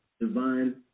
Divine